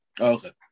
Okay